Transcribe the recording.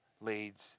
leads